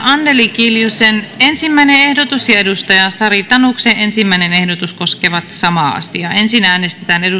anneli kiljusen ensimmäinen ehdotus ja sari tanuksen ensimmäinen ehdotus koskevat samaa asiaa ensin äänestetään